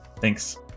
Thanks